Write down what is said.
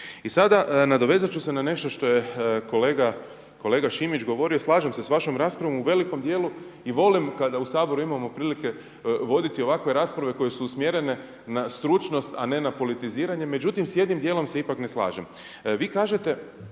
I sada nadovezati ću se na nešto što je kolega Šimić govorio, slažem se sa vašom raspravom u velikom dijelu i volim kada u Saboru imamo prilike voditi ovakve rasprave koje su usmjerene na stručnost a ne na politiziranje. Međutim, s jednim dijelom se ipak ne slažem. Vi kažete,